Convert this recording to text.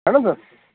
ہے نا سر